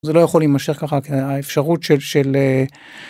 זה לא יכול להימשך ככה כי האפשרות של של...